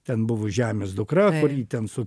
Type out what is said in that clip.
ten buvo žemės dukra kur jį ten su